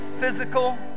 physical